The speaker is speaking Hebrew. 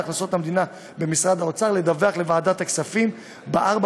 הכנסות המדינה במשרד האוצר לדווח לוועדת הכספים בארבע